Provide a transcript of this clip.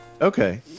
Okay